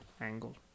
angle